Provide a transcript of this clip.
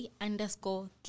underscore